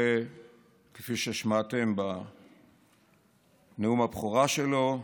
וכפי ששמעתם בנאום הבכורה שלו,